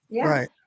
Right